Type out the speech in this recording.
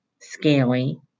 scaly